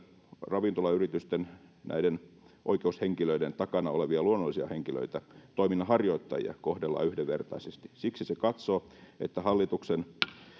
ravintolayritysten näiden oikeushenkilöiden takana olevia luonnollisia henkilöitä toiminnan harjoittajia kohdellaan yhdenvertaisesti siksi se katsoo